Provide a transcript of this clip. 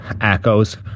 echoes